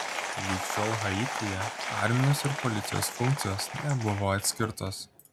lig šiol haityje armijos ir policijos funkcijos nebuvo atskirtos